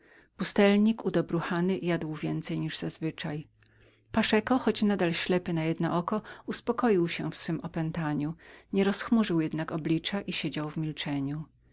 pustelnik jadł więcej jak zazwyczaj i zdawał się być wyrozumialszym paszeko zawsze ślepy na jedno oko uspokoił się w swem opętaniu nie rozchmurzył jednak oblicza i siedział w milczeniu